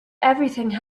everything